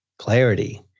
Clarity